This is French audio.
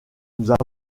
nous